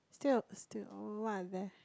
still still what are there